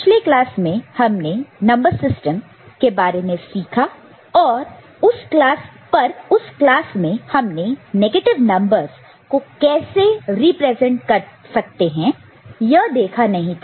पिछले क्लास में हमने नंबर सिस्टम के बारे में सीखा पर उस क्लास में हमने नेगेटिव नंबर्स को कैसे रिप्रेजेंट कर सकते हैं यह देखा नहीं था